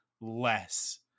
less